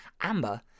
Amber